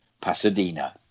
Pasadena